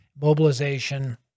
mobilization